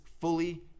fully